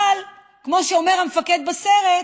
אבל כמו שאומר המפקד" בסרט,